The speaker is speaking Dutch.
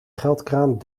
geldkraan